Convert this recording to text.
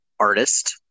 artist